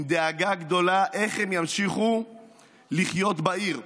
עם דאגה גדולה איך הם ימשיכו לחיות בעיר.